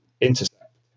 Intercept